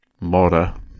Mora